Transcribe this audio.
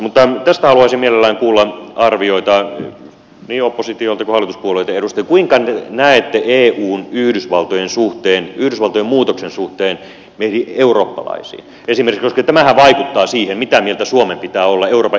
mutta tästä haluaisin mielelläni kuulla arvioita niin oppositiolta kuin hallituspuolueitten edustajilta kuinka näette eun ja yhdysvaltojen suhteen yhdysvaltojen muutoksen suhteen eurooppalaisiin esimerkiksi koska tämähän vaikuttaa siihen mitä mieltä suomen pitää olla euroopan integraation edistämisestä